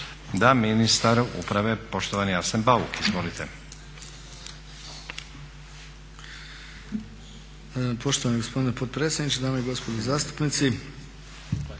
Da. Ministar uprave, poštovani Arsen Bauk. Izvolite.